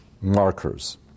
markers